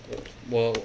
err 我